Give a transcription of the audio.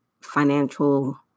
financial